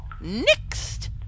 next